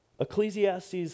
Ecclesiastes